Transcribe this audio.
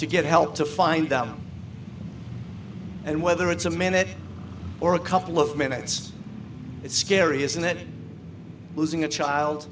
to get help to find them and whether it's a minute or a couple of minutes it's scary isn't it losing a child